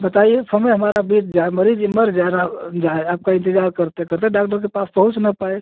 बताइए समय हमारा बीत जाए मरीज मर जाए राव जाए आपका इंतजार करते करते डाक्टर के पास पहुँच न पाए